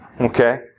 Okay